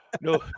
No